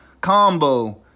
Combo